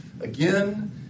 again